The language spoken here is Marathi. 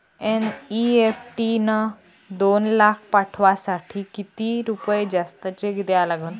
एन.ई.एफ.टी न दोन लाख पाठवासाठी किती रुपये जास्तचे द्या लागन?